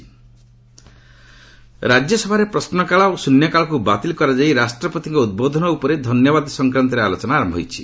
RS ପ୍ରେଜ୍ motion ରାଜ୍ୟସଭାରେ ପ୍ରଶ୍ନକାଳ ଓ ଶିନ୍ୟକାଳକୁ ବାତିଲ କରାଯାଇ ରାଷ୍ଟ୍ରପତିଙ୍କ ଉଦ୍ବୋଧନ ଉପରେ ଧନ୍ୟବାଦ ସଂକ୍ରାନ୍ତରେ ଆଲୋଚନା ଆରମ୍ଭ ହୋଇଛି